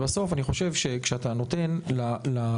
בסוף אני חושב שכאשר אתה נותן לארגונים,